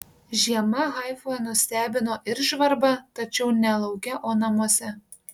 žiema haifoje nustebino ir žvarba tačiau ne lauke o namuose